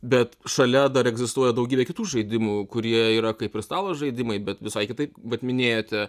bet šalia dar egzistuoja daugybė kitų žaidimų kurie yra kaip ir stalo žaidimai bet visai kitaip bet minėjote